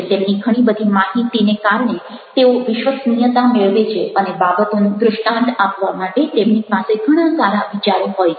તેમની ઘણી બધી માહિતીને કારણે તેઓ વિશ્વસનીયતા મેળવે છે અને બાબતોનું દ્રષ્ટાન્ત આપવા માટે તેમની પાસે ઘણા સારા વિચારો હોય છે